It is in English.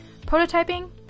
Prototyping